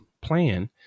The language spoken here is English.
plan